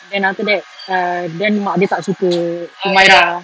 then after that err dan mak dia tak suka humairah